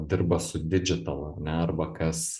dirba su dižital ar ne arba kas